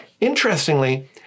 Interestingly